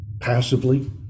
passively